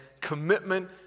commitment